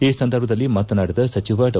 ಈ ಸಂದರ್ಭದಲ್ಲಿ ಮಾತನಾಡಿದ ಸಚಿವ ಡಾ